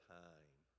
time